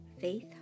faith